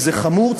וזה חמור,